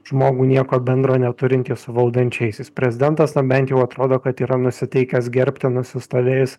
žmogų nieko bendro neturintį su valdančiaisiais prezidentas na bent jau atrodo kad yra nusiteikęs gerbti nusistovėjus